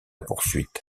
poursuite